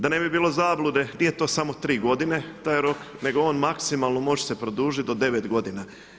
Da ne bi bilo zablude nije to samo tri godine taj rok, nego on maksimalno može se produžiti do 9 godina.